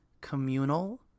communal